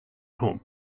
home